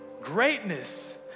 greatness